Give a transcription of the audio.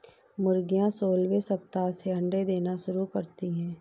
मुर्गियां सोलहवें सप्ताह से अंडे देना शुरू करती है